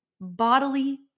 bodily